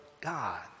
God